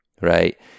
right